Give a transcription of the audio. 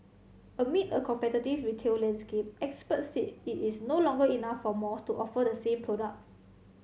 amid a competitive retail landscape experts said it is no longer enough for malls to offer the same product